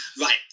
Right